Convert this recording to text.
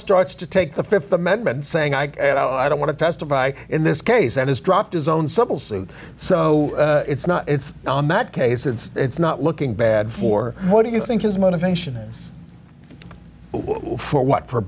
starts to take the th amendment saying i know i don't want to testify in this case and has dropped his own civil suit so it's not it's on that case it's not looking bad for what do you think his motivation for what for